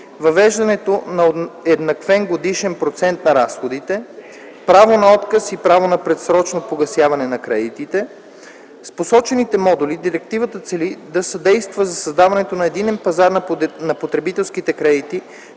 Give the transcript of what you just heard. въвеждането на уеднаквен годишен процент на разходите; право на отказ и право на предсрочно погасяване на кредитите. С посочените модули директивата цели да съдейства за създаването на единен пазар на потребителските кредити,